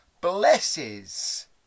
blesses